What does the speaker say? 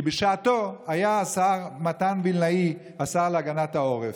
כי בשעתו היה השר מתן וילנאי השר להגנת העורף,